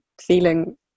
feeling